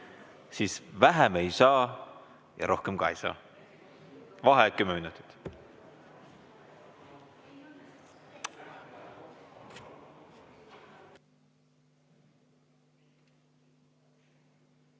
siis vähem ei saa ja rohkem ka ei saa. Vaheaeg kümme